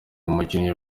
umukinnyi